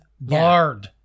barred